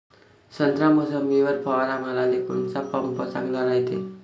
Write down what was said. संत्रा, मोसंबीवर फवारा माराले कोनचा पंप चांगला रायते?